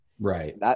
Right